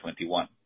2021